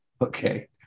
Okay